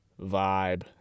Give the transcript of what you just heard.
vibe